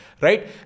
right